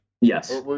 Yes